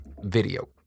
video